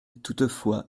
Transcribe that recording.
toutefois